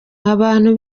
abantu